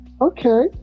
okay